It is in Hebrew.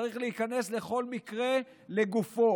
צריך להיכנס לכל מקרה לגופו.